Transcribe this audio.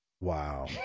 Wow